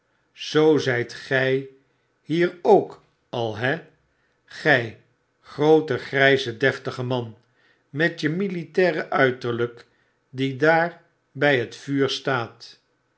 zoo zyt hier ook al he gy groote gryze deftige man met je militaire uiterlyk die daar by het vuur staat